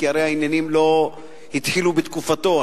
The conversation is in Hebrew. כי הרי העניינים לא התחילו בתקופתו,